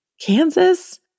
Kansas